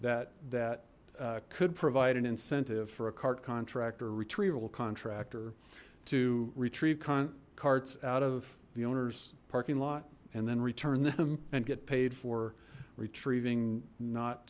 that that could provide an incentive for a cart contract or a retrieval contractor to retrieve carts out of the owners parking lot and then return them and get paid for retrieving not